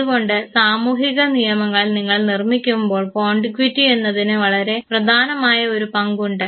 അതുകൊണ്ട് സാമൂഹിക നിയമങ്ങൾ നിങ്ങൾ നിർമ്മിക്കുമ്പോൾ കോണ്ടിഗ്വിറ്റി എന്നതിന് വളരെ പ്രധാനമായ ഒരു പങ്കുണ്ട്